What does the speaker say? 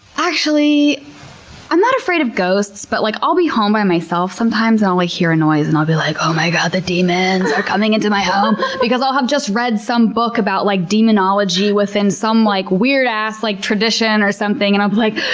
actually i'm not afraid of ghosts, but like i'll be home by myself sometimes and i'll ah hear a noise and be like, oh my god the demons are coming into my home, because i'll have just read some book about like demonology within some like weird-ass like tradition or something. and i'm like,